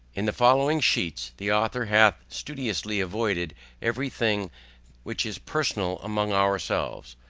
in the following sheets, the author hath studiously avoided every thing which is personal among ourselves.